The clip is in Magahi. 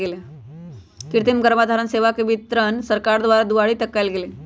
कृतिम गर्भधारण सेवा के वितरण सरकार द्वारा दुआरी तक कएल गेल